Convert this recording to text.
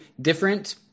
different